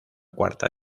cuarta